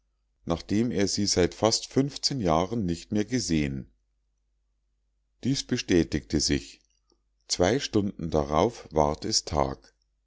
nachdem er sie seit fast jahren nicht mehr gesehen dies bestätigte sich zwei stunden darauf ward es tag